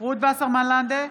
רות וסרמן לנדה,